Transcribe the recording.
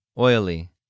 oily